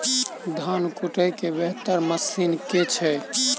धान कुटय केँ बेहतर मशीन केँ छै?